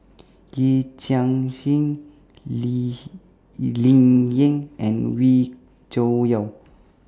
Yee Chia Hsing Lee Ling Yen and Wee Cho Yaw